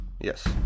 yes